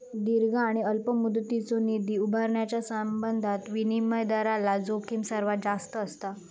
दीर्घ आणि अल्प मुदतीचो निधी उभारण्याच्यो संबंधात विनिमय दरातला जोखीम सर्वात जास्त असता